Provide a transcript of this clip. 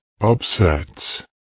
upsets